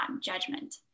judgment